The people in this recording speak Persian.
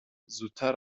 زودتر